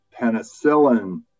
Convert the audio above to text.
penicillin